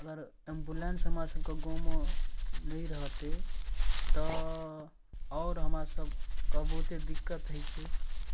अगर एम्बुलेंस हमरा सबके गाँव मे नहि रहतै तऽ आओर हमरा सबके बहुते दिक्कत होइ छै